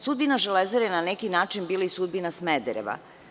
Sudbina Železare je na neki način i bila sudbina Smedereva.